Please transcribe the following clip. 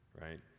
right